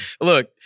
Look